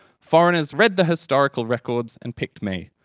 foreigners read the historical records and picked me.